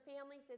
families